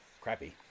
crappy